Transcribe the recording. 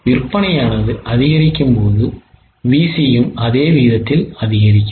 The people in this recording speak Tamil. விற்பனையானது அதிகரிக்கும்போது VCயும் அதே விதத்தில் அதிகரிக்கிறது